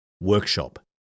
workshop